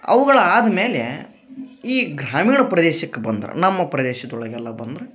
ಅವುಗಳು ಆದ್ಮೇಲೆ ಈ ಗ್ರಾಮೀಣ ಪ್ರದೇಶಕ್ಕೆ ಬಂದ್ರು ನಮ್ಮ ಪ್ರದೇಶದೊಳಗೆಲ್ಲ ಬಂದ್ರು